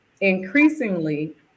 increasingly